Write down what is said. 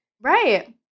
Right